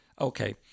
okay